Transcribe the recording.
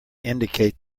indicate